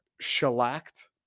shellacked